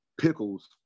pickles